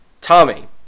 Tommy